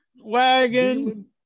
wagon